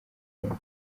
kumva